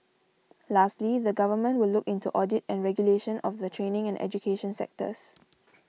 lastly the Government will look into audit and regulation of the training and education sectors